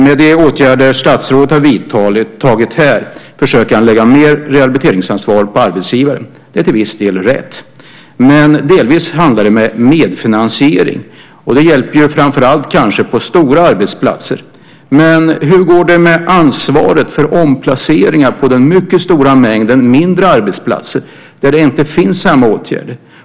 Med de åtgärder som statsrådet har vidtagit försöker han lägga mer rehabiliteringsansvar på arbetsgivaren. Det är till viss del rätt. Men delvis handlar det om medfinansiering. Och det hjälper framför allt kanske på stora arbetsplatser. Men hur går det med ansvaret för omplaceringar på det mycket stora antalet mindre arbetsplatser där denna typ av åtgärder inte är möjliga på samma sätt?